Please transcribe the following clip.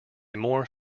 more